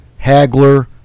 Hagler